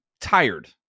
tired